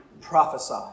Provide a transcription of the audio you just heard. prophesy